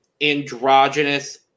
androgynous